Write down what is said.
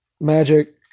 magic